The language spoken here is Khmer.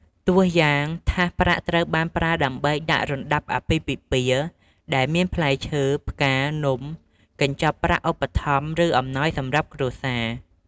ទោះយ៉ាងថាសប្រាក់ត្រូវបានប្រើដើម្បីដាក់ រណ្តាប់អាពាហ៍ពិពាហ៍ ដែលមានផ្លែឈើ ផ្កា នំ កញ្ចប់ប្រាក់ឧបត្ថម្ភ ឬអំណោយសម្រាប់គ្រួសារ។